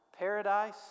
paradise